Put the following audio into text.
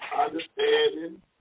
understanding